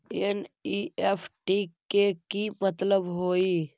NEFT के कि मतलब होइ?